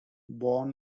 born